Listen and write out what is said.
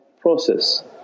process